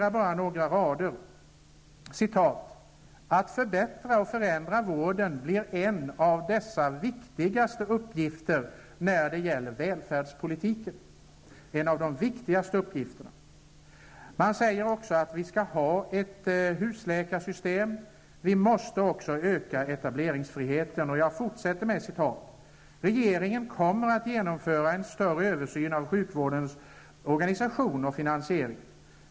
Där står: ''Att förbättra och förändra vården blir en av dess viktigaste uppgifter när det gäller välfärdspolitiken.'' En av de viktigaste alltså. Man säger också att vi skall ha ett husläkarsystem och att vi måste öka etableringsfriheten. I regeringsdeklarationen står även: ''Regeringen kommer att genomföra en större översyn av sjukvårdens organisation och finansiering.